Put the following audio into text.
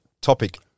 topic